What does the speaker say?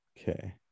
Okay